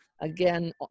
again